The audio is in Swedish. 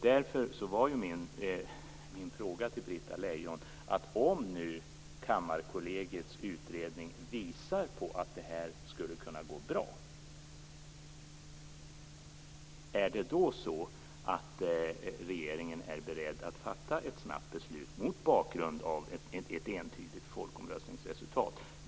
Därför var min fråga till Britta Lejon följande: Om Kammarkollegiets utredning visar att det här skulle kunna gå bra, är regeringen då beredd att fatta ett snabbt beslut mot bakgrund av ett entydigt folkomröstningsresultat?